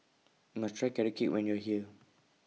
must Try Carrot Cake when YOU Are here